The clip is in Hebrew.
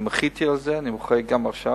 מחיתי על זה, אני מוחה על כך גם עכשיו.